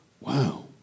wow